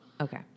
Okay